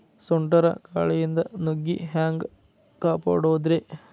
ಸುಂಟರ್ ಗಾಳಿಯಿಂದ ನುಗ್ಗಿ ಹ್ಯಾಂಗ ಕಾಪಡೊದ್ರೇ?